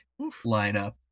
lineup